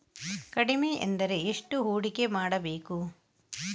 ಕಡಿಮೆ ಎಂದರೆ ಎಷ್ಟು ಹೂಡಿಕೆ ಮಾಡಬೇಕು?